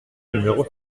numéro